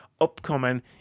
upcoming